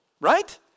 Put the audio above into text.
Right